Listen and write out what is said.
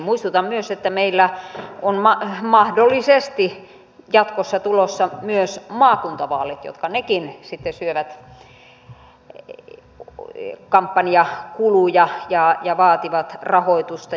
muistutan myös että meillä on mahdollisesti jatkossa tulossa myös maakuntavaalit jotka nekin sitten syövät kampanjakuluja ja vaativat rahoitusta